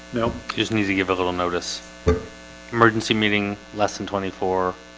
no, you just need to give a little notice emergency meeting less than twenty four